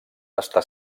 està